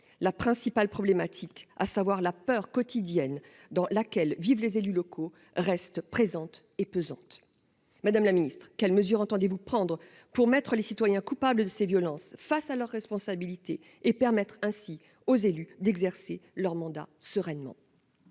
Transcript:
la principale problématique, à savoir la peur quotidienne dans laquelle vivent les élus locaux restent présentes et pesante. Madame la Ministre, quelles mesures entendez-vous prendre pour mettre les citoyens coupables de ces violences face à leurs responsabilités et permettre ainsi aux élus d'exercer leur mandat sereinement.